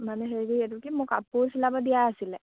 মানে হেৰি এইটো কি মোৰ কাপোৰ চিলাব দিয়া আছিলে